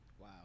Wow